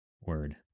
Word